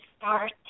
Start